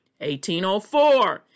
1804